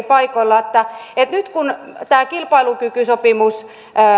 paikalla nyt kun tämä kilpailukykysopimus